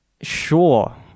sure